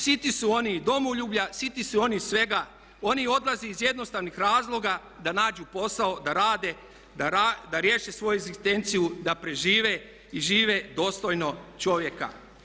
Siti su oni i domoljublja, siti su oni svega, oni odlaze iz jednostavnih razloga da nađu posao, da rade, da riješe svoju egzistenciju, da prežive i žive dostojno čovjeka.